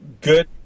good